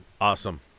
awesome